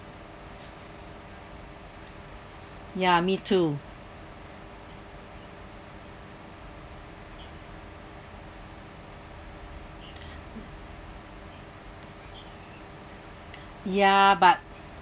ya me too ya but